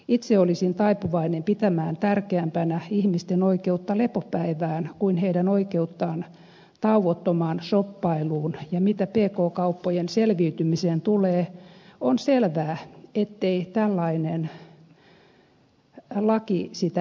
itse olisin taipuvainen pitämään tärkeämpänä ihmisten oikeutta lepopäivään kuin heidän oikeuttaan tauottomaan shoppailuun ja mitä pk kauppojen selviytymiseen tulee on selvää ettei tällainen laki sitä edesauta